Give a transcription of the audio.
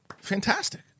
fantastic